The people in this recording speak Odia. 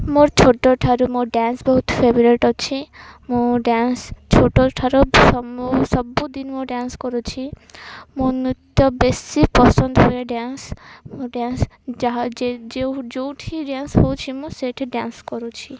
ମୋର ଛୋଟଠାରୁ ମୋ ଡ଼୍ୟାନ୍ସ ବହୁତ ଫେଭରେଟ୍ ଅଛି ମୁଁ ଡ଼୍ୟାନ୍ସ ଛୋଟଠାରୁ ମୁଁ ସବୁଦିନ ମୁଁ ଡ଼୍ୟାନ୍ସ କରୁଛି ମୋ ନୃତ୍ୟ ବେଶୀ ପସନ୍ଦ ହୁଏ ଡ୍ୟାନ୍ସ ମୋ ଡ଼୍ୟାନ୍ସ ଯାହା ଯେଉଁଠି ଡ଼୍ୟାନ୍ସ ହଉଛି ମୁଁ ସେଇଠି ଡ଼୍ୟାନ୍ସ କରୁଛି